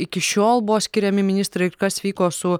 iki šiol buvo skiriami ministrai kas vyko su